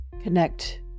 connect